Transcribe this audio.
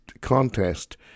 contest